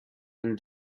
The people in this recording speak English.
and